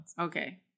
Okay